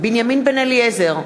בנימין בן-אליעזר,